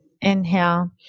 Inhale